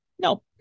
No